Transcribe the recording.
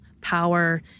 power